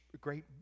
great